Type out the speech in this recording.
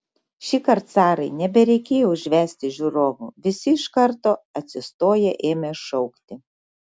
šįkart sarai nebereikėjo užvesti žiūrovų visi iš karto atsistoję ėmė šaukti